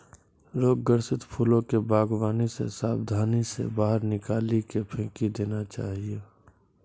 रोग ग्रसित फूलो के वागवानी से साबधानी से बाहर निकाली के फेकी देना चाहियो